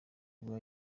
ubwo